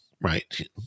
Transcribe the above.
right